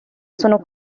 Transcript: sono